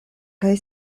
kaj